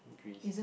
Greece